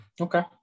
okay